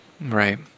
Right